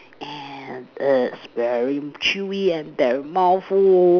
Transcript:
and it's very chewy and they are mouthful